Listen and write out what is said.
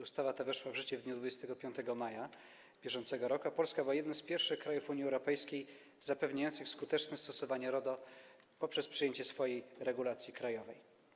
Ustawa ta weszła w życie w dniu 25 maja br., a Polska była jednym z pierwszych krajów Unii Europejskiej zapewniających skuteczne stosowanie RODO poprzez przyjęcie regulacji krajowej.